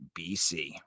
bc